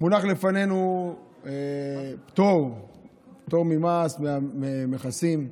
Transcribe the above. מונח לפנינו פטור ממס, ממכסים,